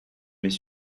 mes